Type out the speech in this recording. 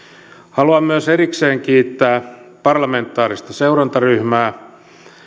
haluan myös erikseen kiittää parlamentaarista seurantaryhmää